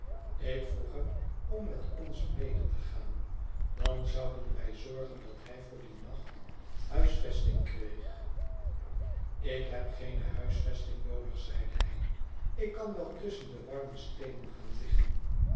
ik vroeg hem om met ons mede te gaan dan zouden wij zorgen dat hij voor dien nacht huisvesting kreeg ik heb geene huisvesting noodig zeide hij ik kan wel tusschen de warme steenen gaan liggen